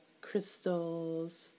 crystals